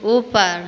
ऊपर